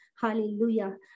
Hallelujah